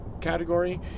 category